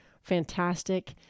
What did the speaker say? fantastic